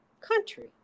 country